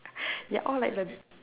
ya all like the